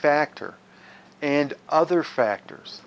factor and other factors